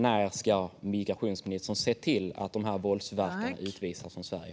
När ska migrationsministern se till att dessa våldsverkare utvisas från Sverige?